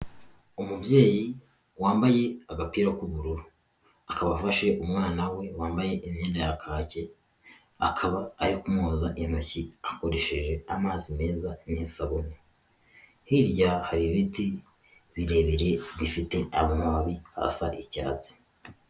Umubyeyi wambaye agapira k'ubururu akaba afashe umwana we wambaye imyenda ya kake, akaba ari kumwoza intoki akoresheje amazi meza n'isabune, hirya hari ibiti birebire bifite bifite amababi asa icyatsi.